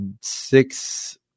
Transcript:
six